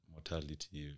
Mortality